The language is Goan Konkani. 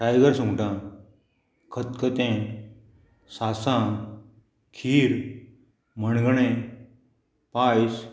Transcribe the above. टायगर सुंगटां खतखतें सांसांव खीर मणगणें पायस